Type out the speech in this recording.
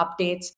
updates